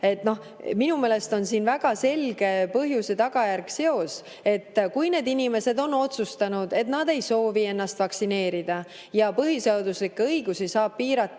Minu meelest on siin väga selge põhjuse ja tagajärje seos. Kui inimesed on otsustanud, et nad ei soovi ennast vaktsineerida – põhiseaduslikke õigusi saab piirata